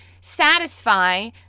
satisfy